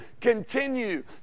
continue